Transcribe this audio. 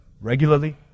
regularly